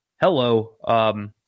Hello